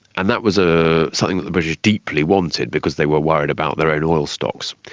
and that was ah something that the british deeply wanted because they were worried about their own oil stocks.